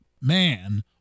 man